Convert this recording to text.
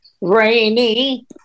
rainy